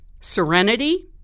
serenity